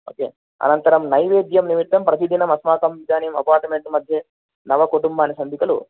okay अनन्तरं नैवेद्यं निमित्तं प्रतिदिनम् अस्माकम् इदानीम् अपार्ट्मेण्ट् मध्ये नव कुटुम्बानि सन्ति खलु